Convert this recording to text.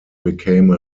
became